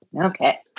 okay